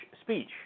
speech